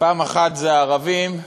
פעם אחת זה הערבים,